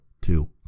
two